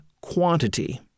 quantity